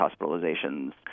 hospitalizations